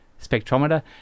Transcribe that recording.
spectrometer